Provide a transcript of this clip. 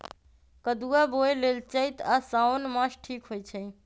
कदुआ बोए लेल चइत आ साओन मास ठीक होई छइ